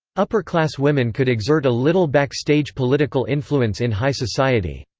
upper-class women could exert a little backstage political influence in high society.